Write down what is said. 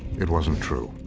it wasn't true.